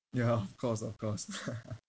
ya of course of course